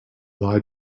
lie